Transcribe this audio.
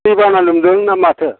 दैबाना लोमदों ना माथो